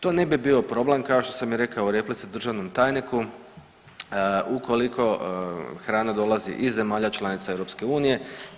To ne bi bio problem kao što sam rekao u replici državnom tajniku, ukoliko hrana dolazi iz zemalja članica EU